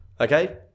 okay